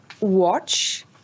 watch